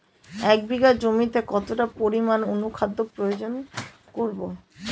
এক বিঘা জমিতে কতটা পরিমাণ অনুখাদ্য প্রয়োগ করব?